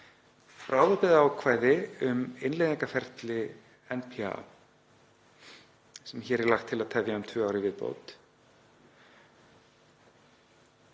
bráðabirgðaákvæði um innleiðingarferli NPA sem hér er lagt til að tefja um tvö ár í viðbót